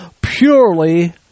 purely